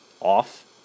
off